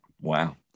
Wow